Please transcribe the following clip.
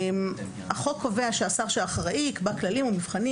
החוק קובע שהשר שאחראי יקבע כללים ומבחנים